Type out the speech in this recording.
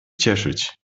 cieszyć